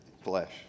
flesh